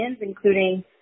including